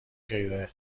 غیر